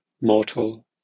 mortal